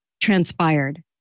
transpired